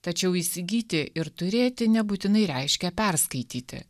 tačiau įsigyti ir turėti nebūtinai reiškia perskaityti